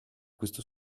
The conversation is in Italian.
questo